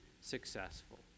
successful